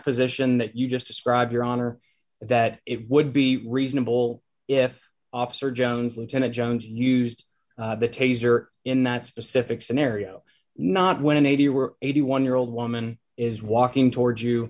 position that you just described your honor that it would be reasonable if officer jones lieutenant jones used the taser in that specific scenario not when an eighty were eighty one year old woman is walking toward you